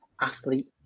athlete